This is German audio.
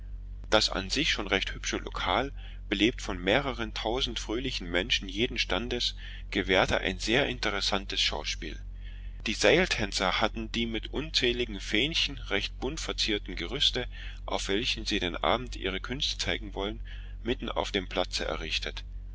das an sich schon recht hübsche lokal belebt von mehreren tausend fröhlichen menschen jedes standes gewährte ein sehr interessantes schauspiel die seiltänzer hatten die mit unzähligen fähnchen recht bunt verzierten gerüste auf welchen sie den abend ihre künste zeigen wollten mitten auf dem platze errichtet